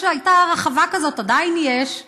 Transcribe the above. הייתה רחבה כזאת, עדיין יש,